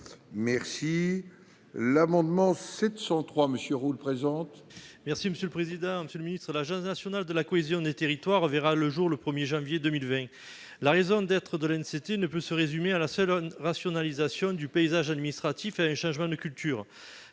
Merci l'amendement 703 monsieur roule présente. Merci monsieur le président, Monsieur le Ministre, l'Agence nationale de la cohésion des territoires verra le jour le 1er janvier 2020 la raison d'être de l'institut ne peut se résumer à la seule aune rationalisation du paysage administratif, à un changement de culture